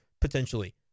Potentially